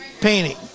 painting